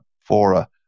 fora